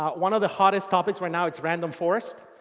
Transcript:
one of the hottest topics right now is random forest.